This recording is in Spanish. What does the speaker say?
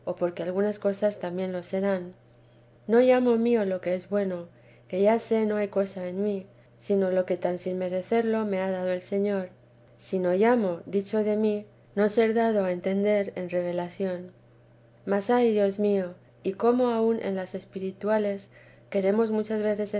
porque a'gunas cosas también lo serán no llamo mío lo que es bueno que ya sé no hay cosa en mí sino lo que tan sin merecerlo me ha dado el señor sino llamo dicho de mí no ser dado a entender en revelación mas ay dios mío y cómo aun en las espirituales queremos muchas veces